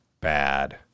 bad